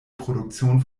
produktion